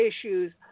issues